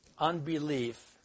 Unbelief